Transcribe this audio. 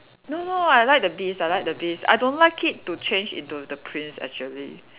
no lah I like the beast I like the beast I don't like it to change into the prince actually